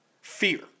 fear